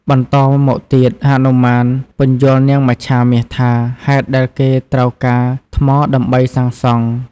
បន្តមកទៀត ហនុមានពន្យល់នាងមច្ឆាមាសថា ហេតុដែលគេត្រូវការថ្មដើម្បីសាងសង។